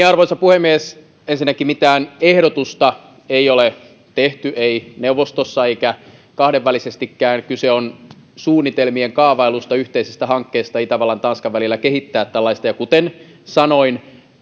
arvoisa puhemies ensinnäkään mitään ehdotusta ei ole tehty ei neuvostossa eikä kahdenvälisestikään kyse on suunnitelmien kaavailusta yhteisestä hankkeesta itävallan ja tanskan välillä kehittää tällaista ja kuten sanoin